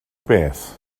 beth